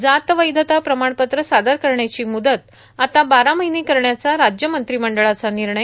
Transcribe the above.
जात वैधता प्रमाणपत्र सादर करण्याची मुदत आता बारा महिने करण्याचा राज्य मंत्रिमंडळाचा निर्णय